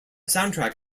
soundtrack